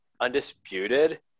Undisputed